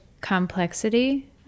Complexity